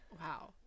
Wow